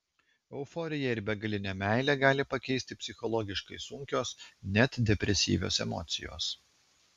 euforiją ir begalinę meilę gali pakeisti psichologiškai sunkios net depresyvios emocijos